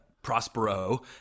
prospero